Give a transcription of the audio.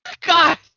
God